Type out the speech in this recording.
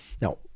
Now